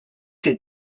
could